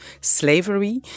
slavery